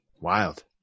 Wild